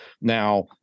Now